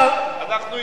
הפרענו לו, הפרענו לו.